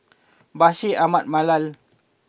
Bashir Ahmad Mallal